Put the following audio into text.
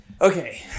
Okay